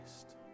Christ